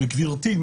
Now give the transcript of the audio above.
וגברתי,